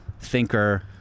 thinker